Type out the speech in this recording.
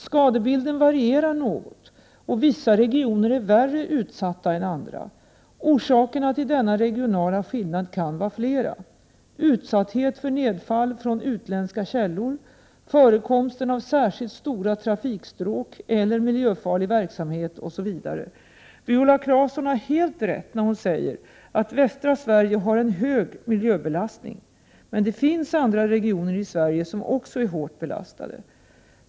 Skadebilden varierar något, och vissa regioner är värre utsatta än andra. Det kan finnas flera orsaker till denna regionala skillnad: utsatthet för nedfall från utländska källor, förekomsten av särskilt stora trafikstråk eller miljöfarlig verksamhet osv. Viola Claesson har helt rätt när hon säger att västra Sverige har en hög miljöbelastning. Men det finns andra regioner i Sverige som också är hårt belastade.